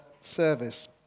service